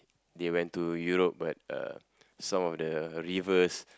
they went to Europe but uh some of the rivers